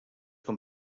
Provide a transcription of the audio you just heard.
com